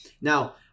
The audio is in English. Now